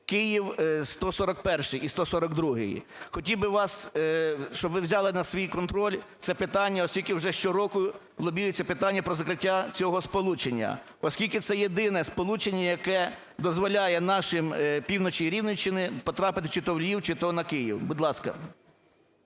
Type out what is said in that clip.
141-й і 142-й. Хотів би вас, щоб ви взяли на свій контроль це питання, оскільки вже щороку лобіюється питання про закриття цього сполучення, оскільки це єдине сполучення, яке дозволяє нашим… півночі Рівненщини потрапити чи то у Львів, чи то на Київ, будь ласка.